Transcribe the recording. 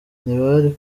ntibari